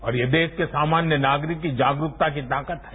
और ये देश की सामान्य नागरिक की जागरूकता की ताकत है